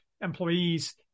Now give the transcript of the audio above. employees